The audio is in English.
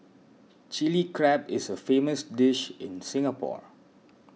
Chilli Crab is a famous dish in Singapore